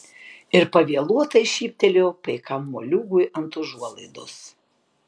ir pavėluotai šyptelėjo paikam moliūgui ant užuolaidos